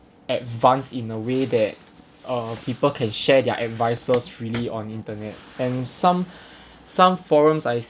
advanced in a way that uh people can share their advices freely on internet and some some forums I